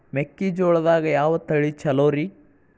ಮೆಕ್ಕಿಜೋಳದಾಗ ಯಾವ ತಳಿ ಛಲೋರಿ?